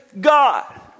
God